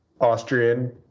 Austrian